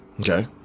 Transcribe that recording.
okay